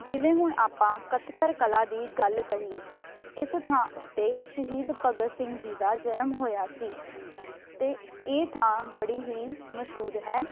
ਜਿਵੇਂ ਹੁਣ ਆਪਾਂ ਖਟਕੜ ਕਲਾਂ ਦੀ ਗੱਲ ਕਰੀਏ ਇਸ ਥਾਂ ਉੱਤੇ ਸ਼ਹੀਦ ਭਗਤ ਸਿੰਘ ਜੀ ਦਾ ਜਨਮ ਹੋਇਆ ਸੀ ਅਤੇ ਇਹ ਥਾਂ ਬੜੀ ਹੀ ਮਸ਼ਹੂਰ ਹੈ